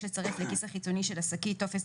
יש לצרף לכיס החיצוני של השקית טופס